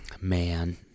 Man